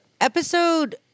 episode